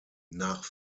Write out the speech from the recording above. nach